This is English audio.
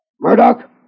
Murdoch